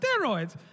steroids